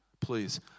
please